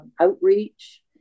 outreach